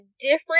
different